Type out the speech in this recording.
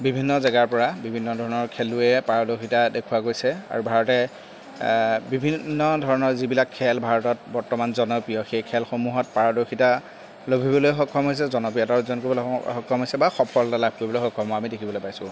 বিভিন্ন জেগাৰ পৰা বিভিন্ন ধৰণৰ খেলুৱৈয়ে পাৰদৰ্শিতা দেখুওৱা গৈছে আৰু ভাৰতে বিভিন্ন ধৰণৰ যিবিলাক খেল ভাৰতত বৰ্তমান জনপ্ৰিয় সেই খেলসমূহত পাৰদৰ্শিতা লভিবলৈ সক্ষম হৈছে জনপ্ৰিয়তাৰ অৰ্জন কৰিবলৈ স সক্ষম হৈছে বা সফলতা লাভ কৰিবলৈ সক্ষম হোৱা আমি দেখিবলৈ পাইছোঁ